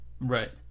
Right